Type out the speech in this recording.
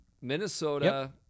Minnesota